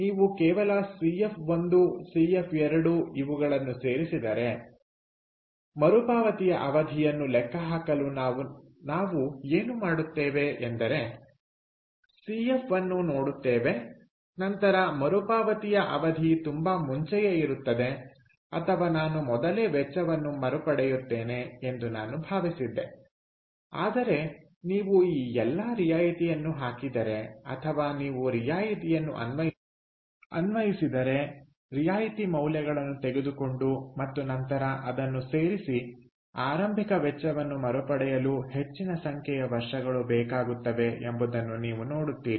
ನೀವು ಕೇವಲ CF one CF two ಇವುಗಳನ್ನು ಸೇರಿಸಿದರೆ ಮರುಪಾವತಿಯ ಅವಧಿಯನ್ನು ಲೆಕ್ಕಹಾಕಲು ನಾವು ನಾವು ಏನು ಮಾಡುತ್ತೇವೆ ಎಂದರೆ ಸಿಎಫ್ನ್ನು ನೋಡುತ್ತೇವೆ ನಂತರ ಮರುಪಾವತಿಯ ಅವಧಿ ತುಂಬಾ ಮುಂಚೆಯೇ ಇರುತ್ತದೆ ಅಥವಾ ನಾನು ಮೊದಲೇ ವೆಚ್ಚವನ್ನು ಮರುಪಡೆಯುತ್ತೇನೆ ಎಂದು ನಾನು ಭಾವಿಸಿದ್ದೆ ಆದರೆ ನೀವು ಈ ಎಲ್ಲಾ ರಿಯಾಯಿತಿಯನ್ನು ಹಾಕಿದರೆ ಅಥವಾ ನೀವು ರಿಯಾಯಿತಿಯನ್ನು ಅನ್ವಯಿಸಿದರೆ ರಿಯಾಯಿತಿ ಮೌಲ್ಯಗಳನ್ನು ತೆಗೆದುಕೊಂಡು ಮತ್ತು ನಂತರ ಅದನ್ನು ಸೇರಿಸಿ ಆರಂಭಿಕ ವೆಚ್ಚವನ್ನು ಮರುಪಡೆಯಲು ಹೆಚ್ಚಿನ ಸಂಖ್ಯೆಯ ವರ್ಷಗಳು ಬೇಕಾಗುತ್ತವೆ ಎಂಬುದನ್ನು ನೀವು ನೋಡುತ್ತೀರಿ